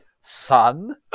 Sun